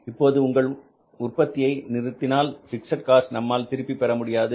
இப்போது உங்கள் உற்பத்தியை நிறுத்தினால் பிக்ஸட் காஸ்ட் நம்மால் திரும்பி பெற முடியாது